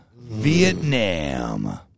Vietnam